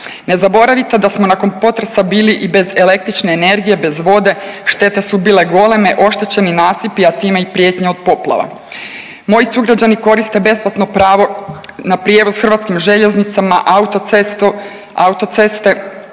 Ne zaboravite da smo nakon potresa bili i bez električne energije, bez vode, štete su bile goleme, oštećeni nasipi, a time i prijetnja od poplava. Moji sugrađani koriste besplatno pravo na prijevoz Hrvatskim željeznicama, autoceste,